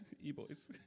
E-Boys